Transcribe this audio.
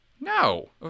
No